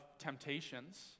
temptations